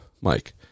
Mike